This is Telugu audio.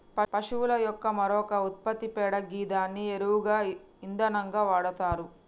పశువుల యొక్క మరొక ఉత్పత్తి పేడ గిదాన్ని ఎరువుగా ఇంధనంగా వాడతరు